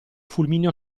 fulmineo